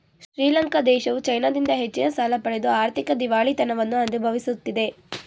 ಶ್ರೀಲಂಕಾ ದೇಶವು ಚೈನಾದಿಂದ ಹೆಚ್ಚಿನ ಸಾಲ ಪಡೆದು ಆರ್ಥಿಕ ದಿವಾಳಿತನವನ್ನು ಅನುಭವಿಸುತ್ತಿದೆ